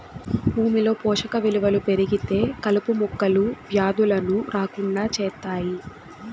భూమిలో పోషక విలువలు పెరిగితే కలుపు మొక్కలు, వ్యాధులను రాకుండా చేత్తాయి